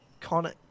Connor